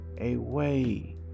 away